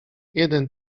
jeden